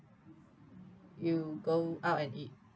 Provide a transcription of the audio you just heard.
you go out and eat